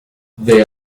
they